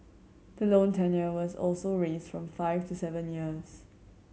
the loan tenure was also raised from five to seven years